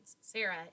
Sarah